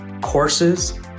courses